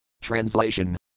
Translation